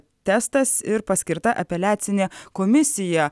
protestas ir paskirta apeliacinė komisija